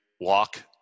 Walk